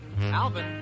Alvin